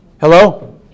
Hello